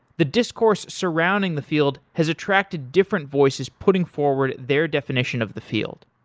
the discourse surrounding the field has attracted different voices putting forward their definition of the field.